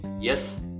yes